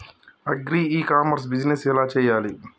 Agri e commerce business ఎలా చెయ్యాలి?